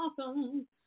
awesome